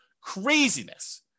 Craziness